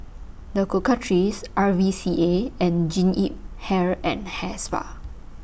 The Cocoa Trees R V C A and Jean Yip Hair and Hair Spa